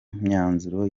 myanzuro